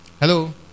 Hello